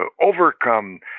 overcome